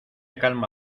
calma